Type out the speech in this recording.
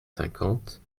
cinquante